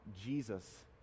Jesus